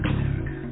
America